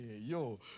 yo